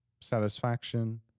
satisfaction